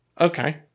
Okay